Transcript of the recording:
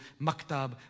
maktab